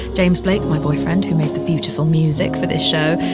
james blake, my boyfriend, who made the beautiful music for this show.